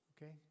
Okay